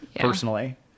personally